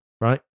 right